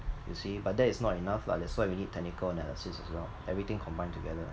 you see but that is not enough lah that's why we need technical analysis as well everything combine together